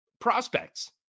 prospects